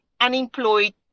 unemployed